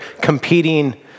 competing